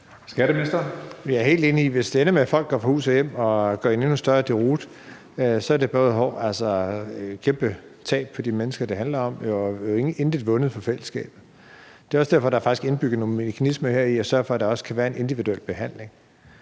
Bruus): Jeg er helt enig i, at hvis det ender med, at folk må gå fra hus og hjem og oplever en endnu større deroute, er det et kæmpe tab for de mennesker, det handler om, og der er intet vundet for fællesskabet. Det er også derfor, at der faktisk er indbygget nogle mekanismer i det her, som sørger for, at der også kan være en individuel behandling.